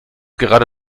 gerade